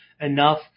enough